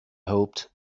hoped